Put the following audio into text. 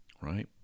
right